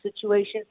situation